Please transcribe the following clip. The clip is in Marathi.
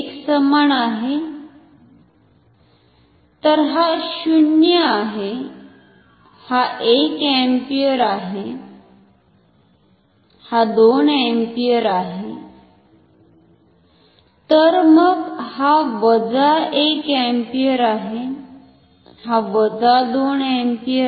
तर हा 0 आहे हा 1 अँपिअर आहे हा 2 अँपिअर आहे तर मग हा वजा 1 अँपिअर आहे हा वजा 2 अँपिअर आहे